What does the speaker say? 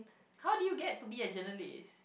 how did you get to be a journalist